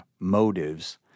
Motives